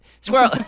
Squirrel